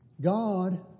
God